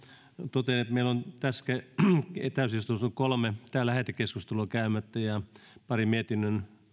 totean että meillä on tässä täysistunnossa kolme lähetekeskustelua käymättä ja pari mietinnön